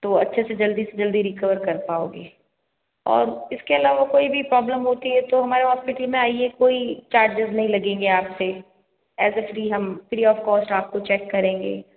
तो अच्छे से जल्दी से जल्दी रिकवर कर पाओगे और इसके अलावा कोई भी प्रॉब्लम होती है तो हमारे हॉस्पिटल में आइये कोई चार्जेस नहीं लगेंगे आपसे एज ए फ्री हम फ्री ऑफ कॉस्ट आपको हम चेक करेंगे